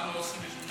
מה לא עושים בשביל